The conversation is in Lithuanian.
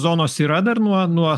zonos yra dar nuo nuo